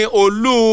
olu